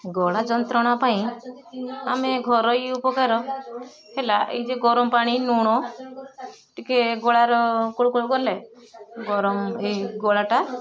ଗଳା ଯନ୍ତ୍ରଣା ପାଇଁ ଆମେ ଘରୋଇ ଉପକାର ହେଲା ଏଇ ଯେ ଗରମ ପାଣି ଲୁଣ ଟିକେ ଗଳାର କୁଳୁ କୁଳୁ କଲେ ଗରମ ଏଇ ଗଳାଟା